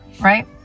right